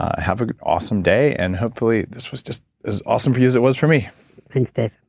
have a good awesome day and hopefully this was just as awesome for you as it was for me thanks dave